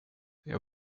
jag